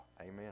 Amen